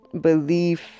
belief